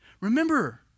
Remember